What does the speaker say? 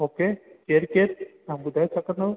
okay केरु केरु हा ॿुधाए सघंदव